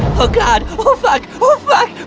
oh god! oh fuck! oh fuck!